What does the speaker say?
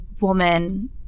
woman